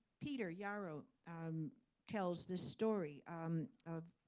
peter yarrow tells this story of